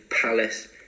Palace